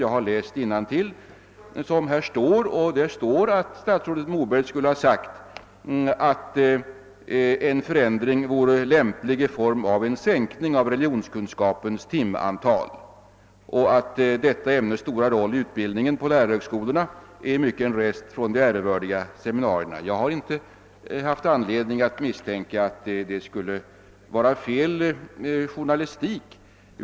Jag har läst innantill som här står, att statsrådet Moberg skulle ha sagt att en sänkning av religionskunskapens timantal vore lämplig och att detta ämnes stora roll i utbildningen vid lärarhögskolorna i mycket är en rest från de ärevördiga seminarierna. Jag har inte haft anledning misstänka att det skulle vara fråga om någon felaktig journalistik.